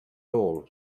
all